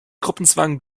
gruppenzwang